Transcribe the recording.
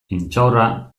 intxaurra